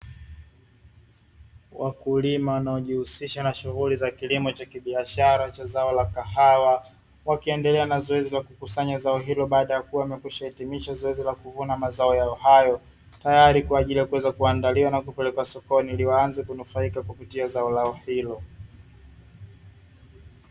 Wakulima wanaojihusisha na shughuli za kilimo cha kibiashara cha zao la kahawa, wakiendelea na zoezi la kukusanya zao hilo baada ya kuwa wamekwisha hitimisha zoezi la kuvuna mazao yao hayo, tayari kwa ajili ya kuweza kuandaliwa na kupelekwa sokoni ili waanze kunufaika kupitia zao lao hilo.